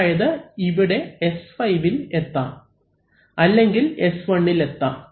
അതായത് ഇവിടെ S5ഇൽ എത്താം അല്ലെങ്കിൽ S1ഇൽ എത്താം